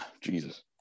Jesus